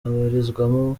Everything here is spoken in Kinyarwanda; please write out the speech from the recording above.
abarizwamo